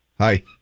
Hi